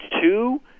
two